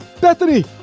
Bethany